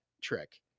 trick